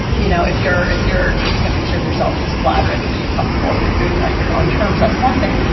you know if you're if you're taking a picture of yourself that's flattering and that you're comfortable and you're and doing it on your own terms, that's one thing.